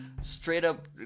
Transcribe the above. straight-up